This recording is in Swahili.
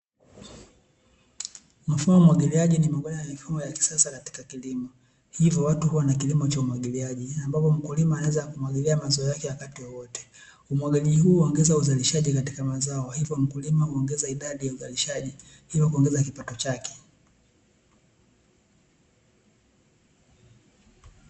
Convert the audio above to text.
Mfumo wa umwagiliaji wa mimea ni mfumo wa kisasa katika kilimo hivyo watu huwa na kilimo cha umwagiliaji, ambapo mkulima anaweza kumwagilia mazao yake wakati wowote umwagaji huu huongeza uzalishaji katika mazao hivyo mkulima idadi ya uzalishaji hivyo kuongeza kipato chake.